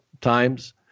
times